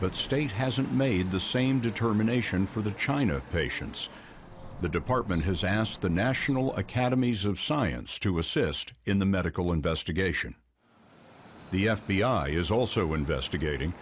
but state hasn't made the same determination for the china patients the department has asked the national academies of science to assist in the medical investigation the f b i is also investigating